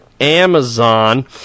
Amazon